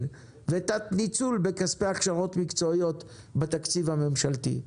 ותת ניצול בכספי הכשרות מקצועיות בתקציב הממשלתי.